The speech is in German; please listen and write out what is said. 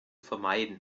vermeiden